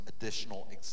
additional